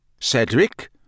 Cedric